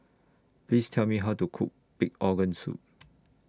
Please Tell Me How to Cook Pig Organ Soup